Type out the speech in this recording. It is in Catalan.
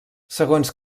segons